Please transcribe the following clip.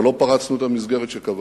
אבל לא פרצנו את המסגרת שקבענו.